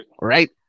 right